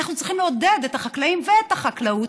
אנחנו צריכים לעודד את החקלאים ואת החקלאות,